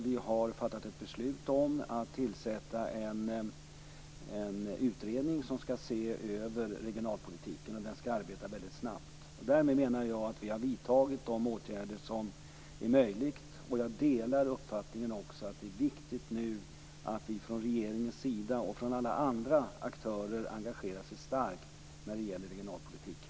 Vi har fattat beslut om att tillsätta en utredning som skall se över regionalpolitiken. Den skall arbeta snabbt. Därmed har vi vidtagit de åtgärder som är möjliga. Jag delar uppfattningen att det är viktigt att vi från regeringens sida och andra aktörer engagerar oss starkt i regionalpolitiken.